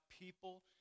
people